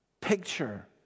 picture